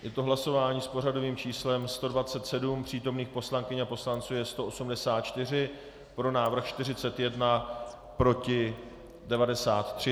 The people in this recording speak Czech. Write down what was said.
Je to hlasování s pořadovým číslem 127, přítomných poslankyň a poslanců je 184, pro návrh 41, proti 93.